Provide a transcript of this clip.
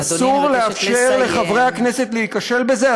אסור לאפשר לחברי הכנסת להיכשל בזה,